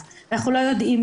אני לא יודעת שאולי